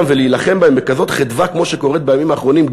ולהילחם בהם בכזאת חדווה כמו שקורה בימים האחרונים,